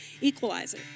equalizer